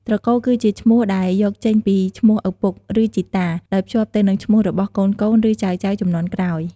ត្រកូលគឺជាឈ្មោះដែលយកចេញពីឈ្មោះឪពុក ឬជីតា ដោយភ្ជាប់ទៅនឹងឈ្មោះរបស់កូនៗ ឬចៅៗជំនាន់ក្រោយ។